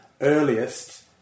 earliest